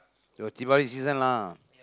your deepavali season lah